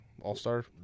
All-Star